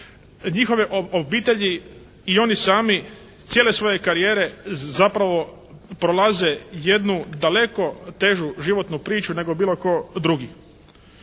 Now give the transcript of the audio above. njihove obitelji i oni sami cijele svoje karijere zapravo prolaze jednu daleko težu životnu priču nego bilo tko drugi.